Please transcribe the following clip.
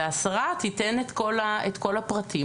והשרה תיתן את כל הפרטים.